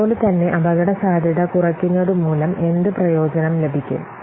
അതുപോലെ തന്നെ അപകടസാധ്യത കുറയ്ക്കുന്നതുമൂലം എന്ത് പ്രയോജനം ലഭിക്കും